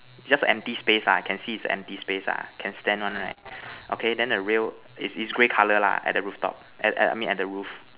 just empty space lah can see is empty space lah can stand one right okay then the real is is grey color lah at the rooftop I I mean the roof